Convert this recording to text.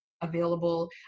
available